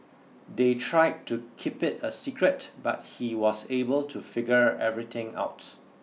they tried to keep it a secret but he was able to figure everything out